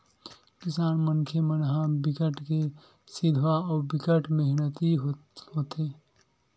किसान मनखे मन ह बिकट के सिधवा अउ बिकट मेहनती होथे